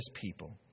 people